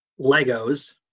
Legos